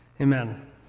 Amen